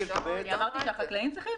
אני אמרתי שהחקלאים צריכים?